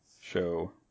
show